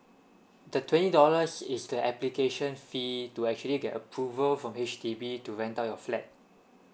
the twenty dollars is the application fee to actually get approval from H_D_B to rent out your flat